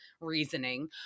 reasoning